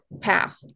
path